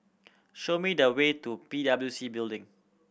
show me the way to P W C Building